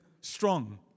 strong